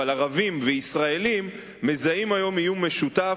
אבל ערבים וישראלים מזהים היום איום משותף,